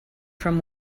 from